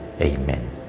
Amen